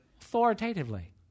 authoritatively